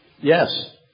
Yes